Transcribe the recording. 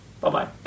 Bye-bye